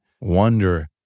wonder